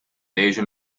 asian